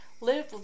Live